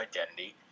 identity